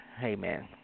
Amen